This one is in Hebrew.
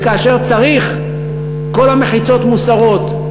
וכשצריך כל המחיצות מוסרות,